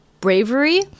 bravery